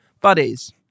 Buddies